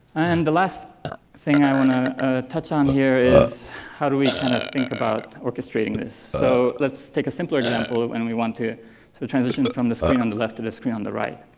and the last thing i want to touch on here is how do we kind of think about orchestrating this. so let's take a simpler example when we want to to transition from the screen on the left to the screen on the right.